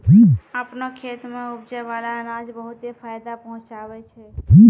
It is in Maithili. आपनो खेत सें उपजै बाला अनाज बहुते फायदा पहुँचावै छै